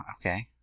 okay